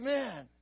Amen